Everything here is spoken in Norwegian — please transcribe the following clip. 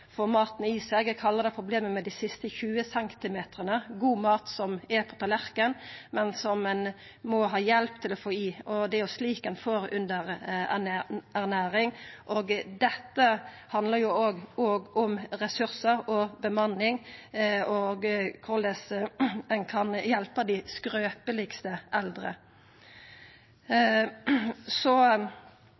maten i seg. Eg kallar det problemet med dei siste 20 centimetrane: Det er god mat på tallerkenen, men ein må ha hjelp til å få han i seg. Det er jo slik ein får underernæring. Dette handlar òg om ressursar og bemanning og korleis ein kan hjelpa dei skrøpelegaste eldre. Så